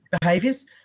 behaviors